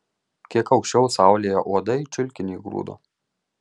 kiek aukščiau saulėje uodai čiulkinį grūdo